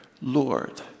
Lord